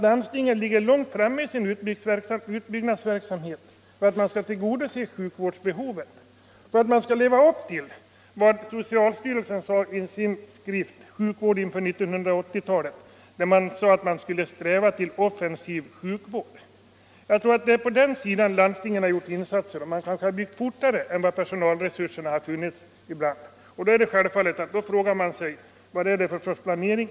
Landstingen ligger långt framme i sin utbyggnadsverksamhet för att tillgodose sjukvårdsbehovet och för att leva upp till vad socialstyrelsen har uttalat i sin skrift Sjukvården inför 1980-talet, nämligen att man skall sträva till offensiv sjukvård. Det är på den sidan landstingen har gjort insatser. Man har ibland byggt fortare än personalresurserna har medgett. Då är det självfallet att man frågar sig vad det är för sorts planering.